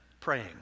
praying